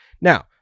Now